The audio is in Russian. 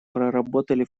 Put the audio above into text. проработали